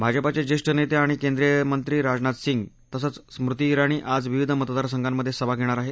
भाजपाचे ज्येष्ठ नेते आणि केंद्रीय मंत्री राजनाथ सिंग तसंच स्मृती इराणी आज विविध मतदारसंघांमध्ये सभा घेणार आहेत